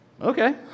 okay